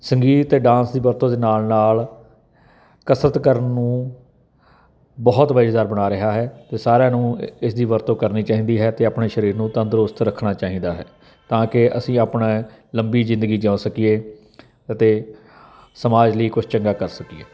ਸੰਗੀਤ ਅਤੇ ਡਾਂਸ ਦੀ ਵਰਤੋਂ ਦੇ ਨਾਲ ਨਾਲ ਕਸਰਤ ਕਰਨ ਨੂੰ ਬਹੁਤ ਮਜ਼ੇਦਾਰ ਬਣਾ ਰਿਹਾ ਹੈ ਅਤੇ ਸਾਰਿਆਂ ਨੂੰ ਇਸਦੀ ਵਰਤੋਂ ਕਰਨੀ ਚਾਹੀਦੀ ਹੈ ਅਤੇ ਆਪਣੇ ਸਰੀਰ ਨੂੰ ਤੰਦਰੁਸਤ ਰੱਖਣਾ ਚਾਹੀਦਾ ਹੈ ਤਾਂ ਕਿ ਅਸੀਂ ਆਪਣਾ ਲੰਬੀ ਜ਼ਿੰਦਗੀ ਜਿਉ ਸਕੀਏ ਅਤੇ ਸਮਾਜ ਲਈ ਕੁਛ ਚੰਗਾ ਕਰ ਸਕੀਏ